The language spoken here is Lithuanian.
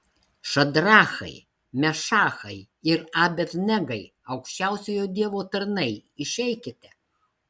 šadrachai mešachai ir abed negai aukščiausiojo dievo tarnai išeikite